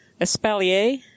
espalier